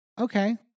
Okay